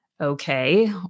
okay